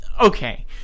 okay